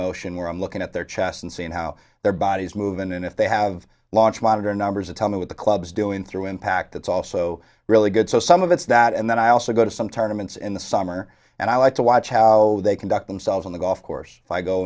motion where i'm looking at their chest and seeing how their bodies move in and if they have of launch monitor numbers a tell me what the club's doing through impact that's also really good so some of it's not and then i also go to some tournaments in the summer and i like to watch how they conduct themselves on the golf course i